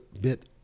bit